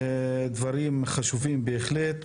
דברים חשובים בהחלט.